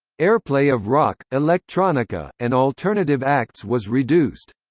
airplay of rock, electronica, and alternative acts was reduced.